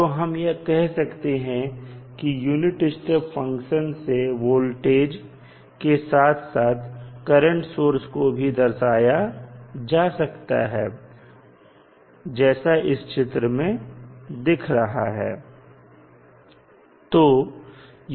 तो हम यह कह सकते हैं कि यूनिट स्टेप फंक्शन से वोल्टेज के साथ साथ करंट सोर्स को भी दर्शाया जा सकता है जैसा इस चित्र में दिख रहा है